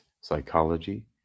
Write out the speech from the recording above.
psychology